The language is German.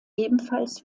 ebenfalls